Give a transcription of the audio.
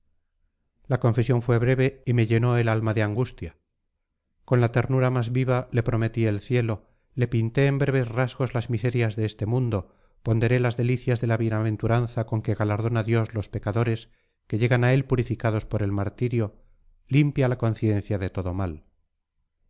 la confesión fue breve y me llenó el alma de angustia con la ternura más viva le prometí el cielo le pinté en breves rasgos las miserias de este mundo ponderé las delicias de la bienaventuranza con que galardona dios los pecadores que llegan a él purificados por el martirio limpia la conciencia de todo mal